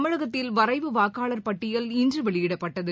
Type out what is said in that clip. தமிழகத்தில் வரைவு வாக்காளர் பட்டியல் இன்று வெளியிடப்பட்டது